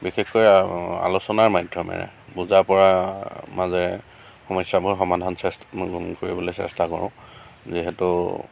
বিশেষকৈ আলোচনাৰ মাধ্যমেৰে বুজা পৰাৰ মাজেৰে সমস্যাবোৰ সমাধানৰ চেষ্টা সমাধান কৰিবলে চেষ্টা কৰোঁ যিহেতু